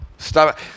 Stop